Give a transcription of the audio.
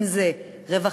אם זה רווחה,